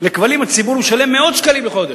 לכבלים הציבור משלם מאות שקלים בחודש,